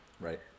right